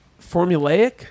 formulaic